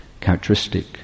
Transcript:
characteristic